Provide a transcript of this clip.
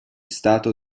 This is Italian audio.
stato